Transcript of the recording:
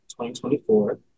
2024